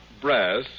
brass